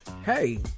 Hey